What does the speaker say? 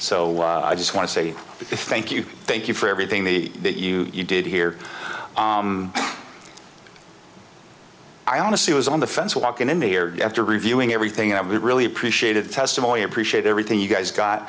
so i just want to say thank you thank you for everything the that you did here i honestly was on the fence walking in the air after reviewing everything and it really appreciated testimony appreciate everything you guys got